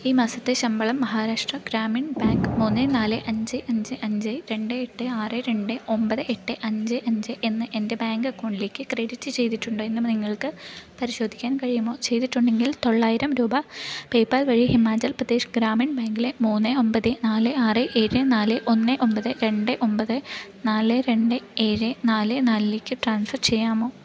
ഈ മാസത്തെ ശമ്പളം മഹാരാഷ്ട്ര ഗ്രാമീൺ ബാങ്ക് മൂന്ന് നാല് അഞ്ച് അഞ്ച് അഞ്ച് രണ്ട് എട്ട് ആറ് രണ്ട് ഒൻപത് എട്ട് അഞ്ച് അഞ്ച് എന്ന എന്റെ ബാങ്ക് അക്കൗണ്ടിലേക്ക് ക്രെഡിറ്റ് ചെയ്തിട്ടുണ്ടോ എന്ന് നിങ്ങൾക്ക് പരിശോധിക്കാൻ കഴിയുമോ ചെയ്തിട്ടുണ്ടെങ്കിൽ തൊള്ളയിരം രൂപ പേയ്പ്പാൽ വഴി ഹിമാചൽപ്രദേശ് ഗ്രാമീൺ ബാങ്കിലെ മൂന്ന് ഒൻപത് നാല് ആറ് ഏഴ് നാല് ഒന്ന് ഒൻപത് രണ്ട് ഒൻപത് നാല് രണ്ട് ഏഴ് നാല് നാലിലേക്ക് ട്രാൻസ്ഫർ ചെയ്യാമോ